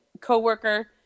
co-worker